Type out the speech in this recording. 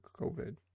COVID